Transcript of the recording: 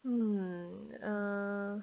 mm uh